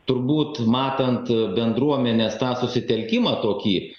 turbūt matant bendruomenės tą susitelkimą tokį